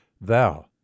Thou